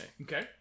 Okay